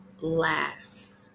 last